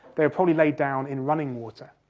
they were probably laid down in running water.